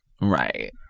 right